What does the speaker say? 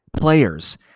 players